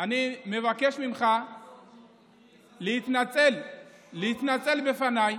אני מבקש ממך להתנצל בפניי